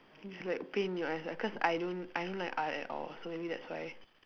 it's like pain in your ass cause I don't I don't like art at all so maybe that's why